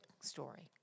story